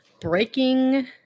Breaking